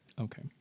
Okay